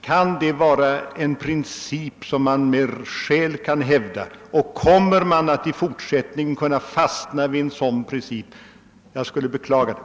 Kan det vara en princip som man med skäl kan hävda och kommer man i fortsättningen att fastna i en sådan princip? Jag skulle beklaga det.